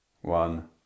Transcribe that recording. One